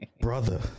brother